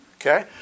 Okay